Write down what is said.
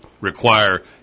require